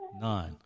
Nine